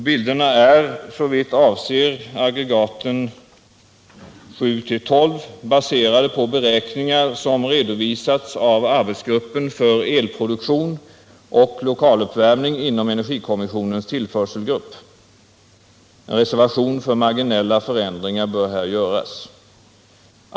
Bilderna är, såvitt avser aggregaten 7-12, baserade på beräkningar som redovisats av arbetsgruppen för elproduktion och lokaluppvärmning inom energikommissionens tillförselgrupp. En reservation för marginella förändringar bör här göras.